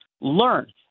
learn